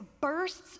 bursts